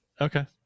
okay